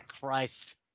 Christ